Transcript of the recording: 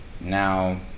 now